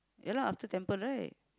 yeah lah after temple right